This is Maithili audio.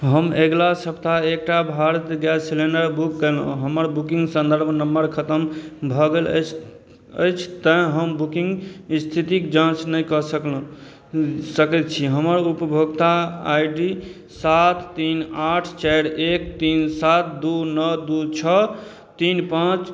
हम अगिला सप्ताह एकटा भारत गैस सिलेण्डर बुक कएलहुँ हमर बुकिन्ग सन्दर्भ नम्बर खतम भऽ गेल अछि अछि तेँ हम बुकिन्ग इस्थितिके जाँच नहि कऽ सकलहुँ सकै छी हमर उपभोक्ता आइ डी सात तीन आठ चारि एक तीन सात दुइ नओ दुइ छओ तीन पाँच